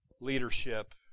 Leadership